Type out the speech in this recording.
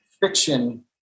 fiction